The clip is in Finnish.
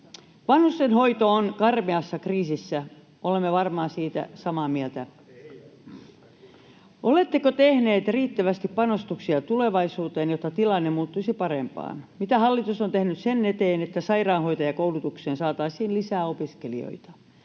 vanhustenhoito on karmeassa kriisissä — olemme varmaan siitä samaa mieltä. Oletteko tehneet riittävästi panostuksia tulevaisuuteen, jotta tilanne muuttuisi parempaan? Mitä hallitus on tehnyt sen eteen, että sairaanhoitajakoulutukseen saataisiin lisää opiskelijoita?